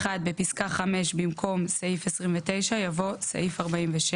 (1) בפסקה (5), במקום "סעיף 29" יבוא "סעיף 46"